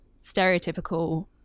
stereotypical